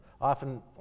often